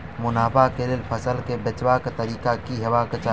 मुनाफा केँ लेल फसल केँ बेचबाक तरीका की हेबाक चाहि?